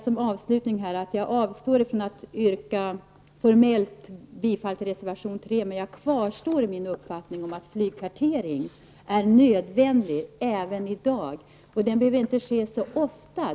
Som avslutning skall jag säga att jag avstår från att formellt yrka bifall till reservation 3, men jag kvarstår vid min uppfattning att flygkartering är nödvändig även i dag. Den behöver inte ske så ofta.